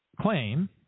claim